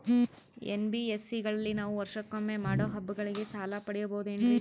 NBSC ಗಳಲ್ಲಿ ನಾವು ವರ್ಷಕೊಮ್ಮೆ ಮಾಡೋ ಹಬ್ಬಗಳಿಗೆ ಸಾಲ ಪಡೆಯಬಹುದೇನ್ರಿ?